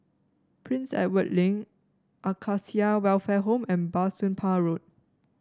Prince Edward Link Acacia Welfare Home and Bah Soon Pah Road